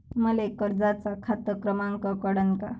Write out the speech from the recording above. मले कर्जाचा खात क्रमांक कळन का?